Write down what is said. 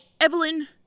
Evelyn